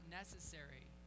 necessary